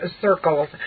circles